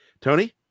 tony